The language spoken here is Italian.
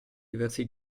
diversi